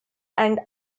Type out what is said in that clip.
and